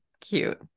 cute